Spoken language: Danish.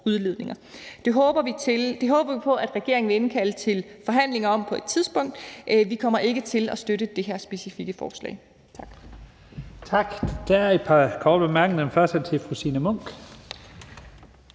Det håber vi på at regeringen vil indkalde til forhandlinger om på et tidspunkt. Vi kommer ikke til at støtte det her specifikke forslag.